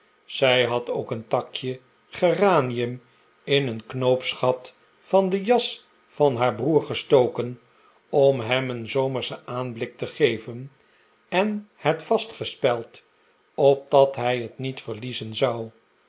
zij had ook een takje geranium in een knoopsgat van de jas van haar broer gestoken om hem een zomerschen aanblik te geven en net vastgespeld opdat hij het niet verliezen zou